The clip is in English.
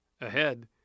Ahead